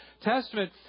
Testament